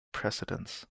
precedence